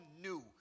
new